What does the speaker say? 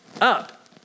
up